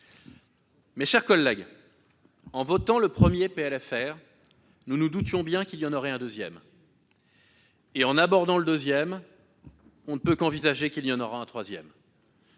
Mes chers collègues, en votant le premier PLFR, nous nous doutions bien qu'il y en aurait un deuxième. Et en abordant le deuxième, on ne peut qu'envisager un troisième